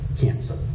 cancer